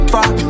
Fuck